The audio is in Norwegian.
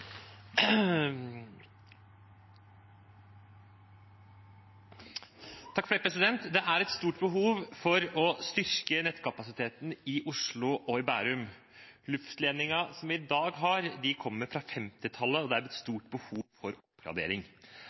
et stort behov for å styrke nettkapasiteten i Oslo og i Bærum. Luftledningene som vi har i dag, kommer fra 1950-tallet, og det er et stort behov for oppgradering.